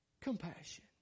Compassion